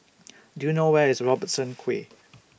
Do YOU know Where IS Robertson Quay